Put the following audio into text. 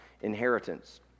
inheritance